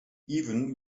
even